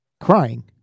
crying